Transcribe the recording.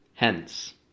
Hence